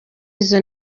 izo